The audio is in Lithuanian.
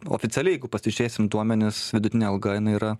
oficialiai jeigu pasižiūrėsim duomenis vidutinė alga jinai yra